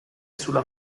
sulla